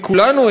מכולנו,